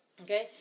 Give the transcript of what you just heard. Okay